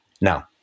Now